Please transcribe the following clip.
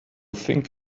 think